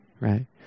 Right